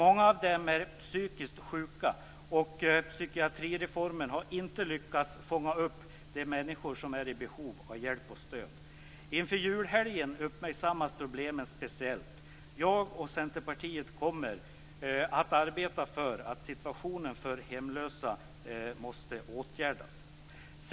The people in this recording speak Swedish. Många av dem är psykiskt sjuka och psykiatrireformen har inte lyckats fånga upp de människor som är i behov av hjälp och stöd. Inför julhelgen uppmärksammas problemen speciellt. Jag och Centerpartiet kommer att arbeta för att situationen för hemlösa åtgärdas.